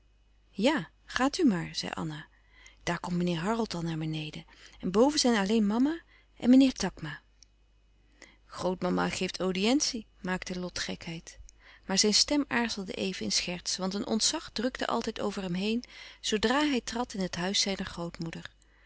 ja gaat u maar zei anna daar komt meneer harold al naar beneden en boven zijn alleen mama en meneer takma grootmama geeft audientie maakte lot gekheid maar zijn stem aarzelde even in scherts want een ontzag drukte altijd over hem heen zoodra hij trad in het huis zijner grootmoeder